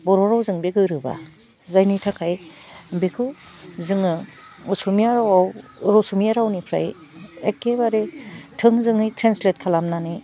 बर' रावजों बे गोरोबा जायनि थाखाइ बेखौ जोङो असमिया रावाव असमिया रावनिफ्राय एकेबारे थोंजोङै ट्रेन्सलेट खालामनानै